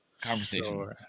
Conversation